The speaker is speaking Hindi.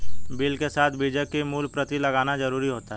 बिल के साथ बीजक की मूल प्रति लगाना जरुरी होता है